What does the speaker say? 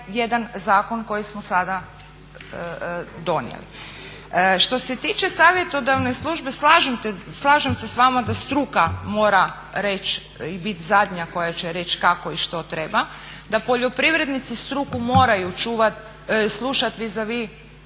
jedna zakon koji smo sada donijeli. Što se tiče savjetodavne službe, slažem se s vama da struka mora reći i bit zadnja koja će reći kako i što treba, da poljoprivrednici struku moraju slušati vizavi